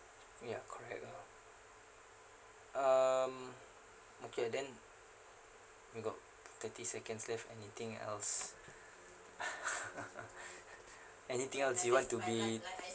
ya correct ah um okay then we got thirty seconds left anything else anything else you want to be